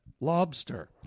Lobster